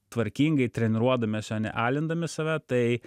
tvarkingai treniruodamiesi o ne alindami save tai